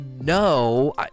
no